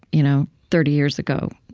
you know thirty years ago